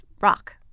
rock